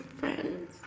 friends